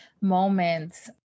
moments